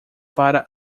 para